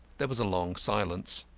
there was a long silence.